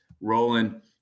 rolling